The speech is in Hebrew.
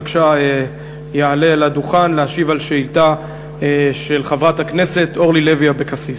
בבקשה יעלה לדוכן להשיב על שאילתה של חברת הכנסת אורלי לוי אבקסיס.